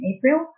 April